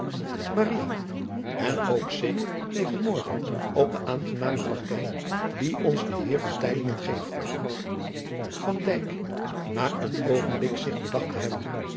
n ook zeker tegen morgen op de aangename partij die ons de eer geeft a een oogenblik zich bedacht te hebben